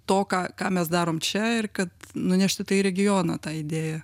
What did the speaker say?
to ką ką mes darom čia ir kad nunešti tai regioną tą idėją